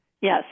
Yes